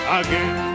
again